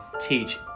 teach